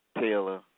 Taylor